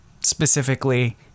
Specifically